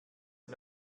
sie